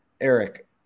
Eric